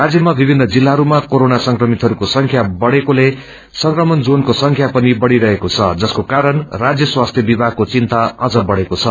राजयमा विभिन्न जिल्लाहरूमा कोरोना मामलाहरूको संख्या बढेकोले संक्रमण जोनको संख्या पनिषहिरहेको छ जसको कारण राज्य स्वस्थ्य विभागको चिन्ता अम्न बढ़ेको छ